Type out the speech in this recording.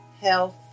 health